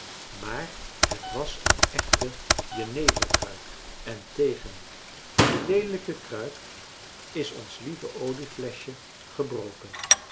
maar het was een echte jeneverkruik en tegen die leelijke kruik is ons lieve oliefleschje gebroken